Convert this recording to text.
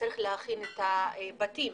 צריך להכין את הבתים,